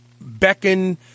beckon